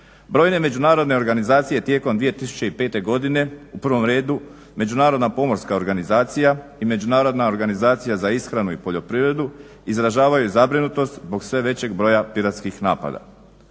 Brojne međunarodne organizacije tijekom 2005. Godine u prvom redu Međunarodna pomorska organizacija i Međunarodna organizacija za ishranu i poljoprivredu izražavaju zabrinutost zbog sve većeg broja piratskih napada.